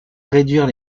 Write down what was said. réduire